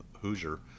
Hoosier